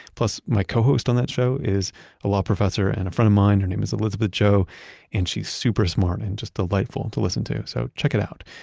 plus my co-host on that show is a law professor and a friend of mine. her name is elizabeth joh and she's super smart and just delightful and to listen to, so check it out.